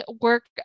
work